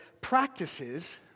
practices